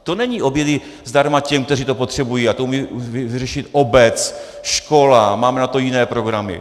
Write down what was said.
To není obědy zdarma těm, kteří to potřebují, a to umí vyřešit obec, škola, máme na to jiné programy.